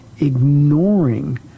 ignoring